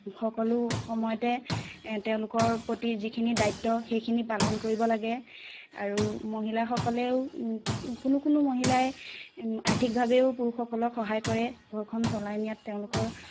সকলো সময়তে তেওঁলোকৰ প্ৰতি যিখিনি দায়িত্ব সেইখিনি পালন কৰিব লাগে আৰু মহিলাসকলেও কোনো কোনো মহিলাই আৰ্থিকভাৱেও পুৰুষসকলক সহায় কৰে ঘৰখন চলাই নিয়াত তেওঁলোকৰ